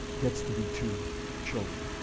gets to be two children.